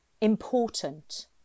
important